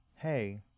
Hey